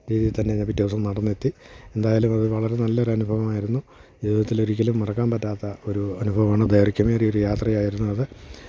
രീതിയിൽ തന്നെ ഞാൻ പിറ്റേ ദിവസം നടന്നെത്തി എന്തായാലും അത് വളരെ നല്ലൊരു അനുഭവമായിരുന്നു ജീവിതത്തിലൊരിക്കലും മറക്കാൻ പറ്റാത്ത ഒരു അനുഭവമാണ് ദൈർഘ്യമേറിയ ഒരു യാത്രയായിരുന്നു അത്